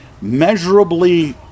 measurably